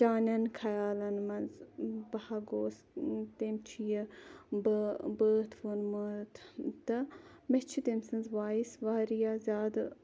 چانٮ۪ن خیالَن مَنٛز بہٕ ہہَ گوس تٔمۍ چھُ یہِ بٲتھ ووٚنمُت تہٕ مےٚ چھِ تٔمۍ سٕنٛز وایِس واریاہ زیادٕ